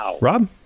Rob